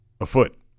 afoot